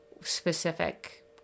specific